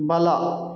ಬಲ